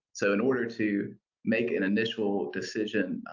so in order to make an initial decision,